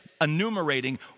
enumerating